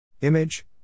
image